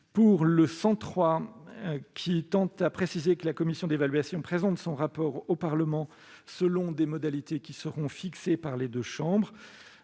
n° 103 tend à préciser que la commission d'évaluation présente son rapport au Parlement, selon des modalités qui seront fixées par les deux assemblées.